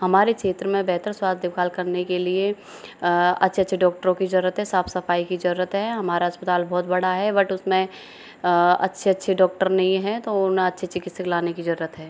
हमारे क्षेत्र में बेहतर स्वास्थ्य देखभाल करने के लिए अच्छे अच्छे डॉक्टरों की ज़रूरत है साफ़ सफ़ाई की ज़रूरत है हमारा अस्पताल बहुत बड़ा है बट उसमें अच्छे अच्छे डॉक्टर नहीं है तो ना अच्छे अच्छे किसी को लाने की ज़रूरत है